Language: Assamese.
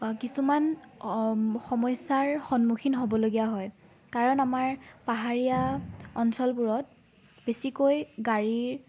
কিছুমান সমস্যাৰ সন্মুখীন হ'বলগীয়া হয় কাৰণ আমাৰ পাহাৰীয়া অঞ্চলবোৰত বেছিকৈ গাড়ীৰ